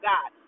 God